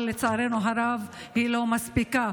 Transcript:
אבל לצערנו הרב היא לא מספיקה.